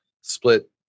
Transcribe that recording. split